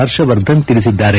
ಹರ್ಷವರ್ಧನ್ ತಿಳಿಸಿದ್ದಾರೆ